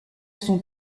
son